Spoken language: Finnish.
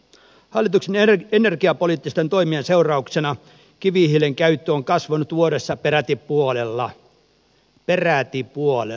hallituksen energiapoliittisten toimien seurauksena kivihiilen käyttö on kasvanut vuodessa peräti puolella peräti puolella